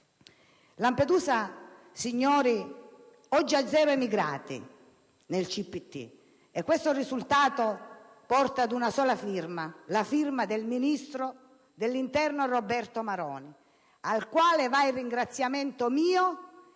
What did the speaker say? Lampedusa, signori, oggi ha zero immigrati nel CPT e questo risultato porta una sola firma: quella del ministro dell'interno Roberto Maroni, al quale va il ringraziamento mio e del mio popolo.